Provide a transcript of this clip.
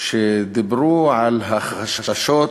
שדיברו על החששות,